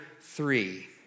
three